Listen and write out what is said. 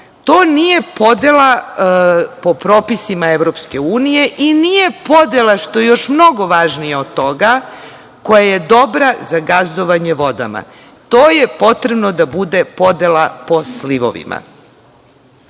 to nije podela po propisima EU i nije podela što je još mnogo važnije od toga, koja je dobra za gazdovanje vodama. To je potrebno da bude podela po slivovima. Zakon